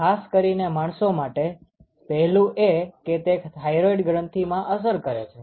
ખાસ કરીને માણસો માટે પહેલું એ કે તે થાઈરોઈડ ગ્રંથીમાં અસર કરે છે